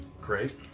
Great